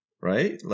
right